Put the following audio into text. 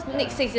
ya lah